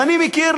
ואני מכיר,